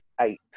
eight